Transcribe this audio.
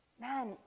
Man